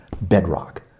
bedrock